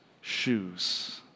shoes